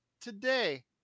today